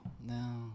no